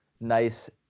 nice